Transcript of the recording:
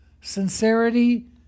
sincerity